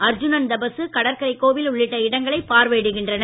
அர்ஜுனன் தபசு கடற்கரை கோவில் உள்ளிட்ட இடங்களை பார்வையிடுகின்றனர்